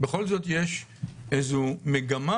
בכל זאת יש איזו מגמה,